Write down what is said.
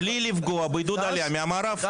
בלי לפגוע בעידוד עלייה מהמערב.